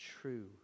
true